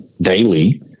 daily